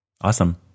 Awesome